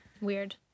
Weird